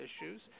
issues